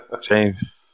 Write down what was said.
James